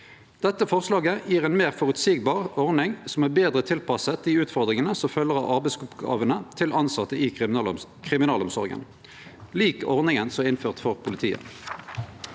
Dette forslaget gjev ei meir føreseieleg ordning som er betre tilpassa dei utfordringane som følgjer av arbeidsoppgåvene til tilsette i kriminalomsorga – lik ordninga som er innført for politiet.